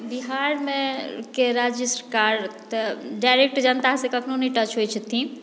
बिहारमे के राज्य सरकार तऽ डायरेक्ट जनतासँ कखनहु नहि टच होइत छथिन